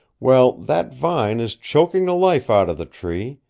well, that vine is choking the life out of the tree,